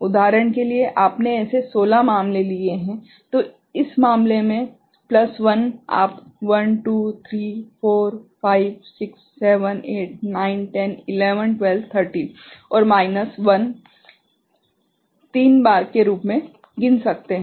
उदाहरण के लिए आपने ऐसे 16 मामले लिए हैं तो इस मामले में प्लस 1 आप 1 2 3 4 5 6 7 8 9 10 11 12 13 और माइनस 1 3 बार के रूप में गिन सकते हैं